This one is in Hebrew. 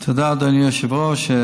תודה, אדוני היושב-ראש.